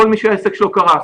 כל מי שהעסק שלו קרס,